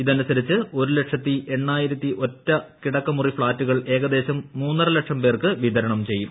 ഇതനുസരിച്ച് കിടക്കമുറി ഫ്ളാറ്റുകൾ ഏക്ടദേശം മൂന്നരലക്ഷം പേർക്ക് വിതരണം ചെയ്യും